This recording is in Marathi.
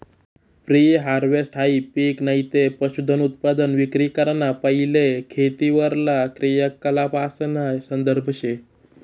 प्री हारवेस्टहाई पिक नैते पशुधनउत्पादन विक्री कराना पैले खेतीवरला क्रियाकलापासना संदर्भ शे